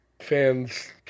Fans